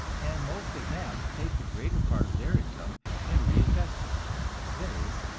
and most of them take the greater part of their income and reinvest it that is,